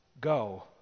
Go